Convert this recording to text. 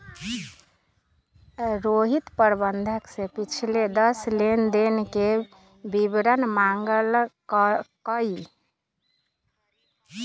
रोहित प्रबंधक से पिछले दस लेनदेन के विवरण मांगल कई